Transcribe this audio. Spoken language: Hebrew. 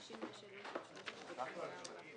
והתאמת תקציב שכר לקצב ביצוע בפועל.